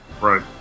Right